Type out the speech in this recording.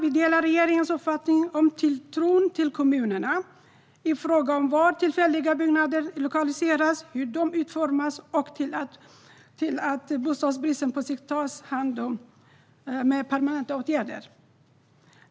Vi delar regeringens uppfattning om tilltron till kommunerna i fråga om var tillfälliga byggnader lokaliseras och hur de utformas och till att bostadsbristen på sikt tas om hand med permanenta åtgärder.